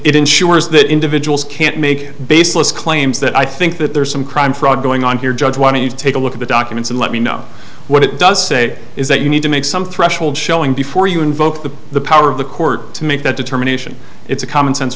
ensures that individuals can't make baseless claims that i think that there's some crime fraud going on here judge why don't you take a look at the documents and let me know what it does say is that you need to make some threshold showing before you invoke the the power of the court to make that determination it's a common sense